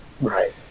Right